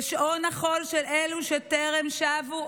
ושעון החול של אלו שטרם שבו,